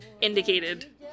indicated